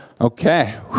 Okay